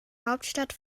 hauptstadt